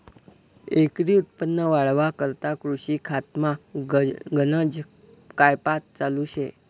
एकरी उत्पन्न वाढावा करता कृषी खातामा गनज कायपात चालू शे